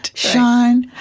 shine.